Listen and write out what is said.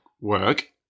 work